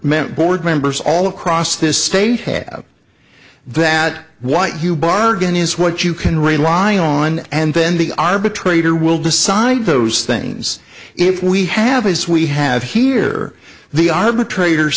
meant board members all across this state have that what you bargain is what you can rely on and then the arbitrator will decide those things if we have as we have here the arbitrator